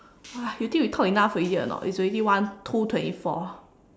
you think we talk enough already or not it's already one two twenty four